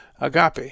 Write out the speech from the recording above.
agape